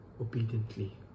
obediently